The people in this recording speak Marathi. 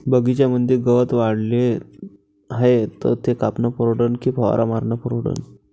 बगीच्यामंदी गवत वाढले हाये तर ते कापनं परवडन की फवारा मारनं परवडन?